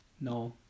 No